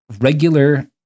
regular